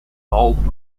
bald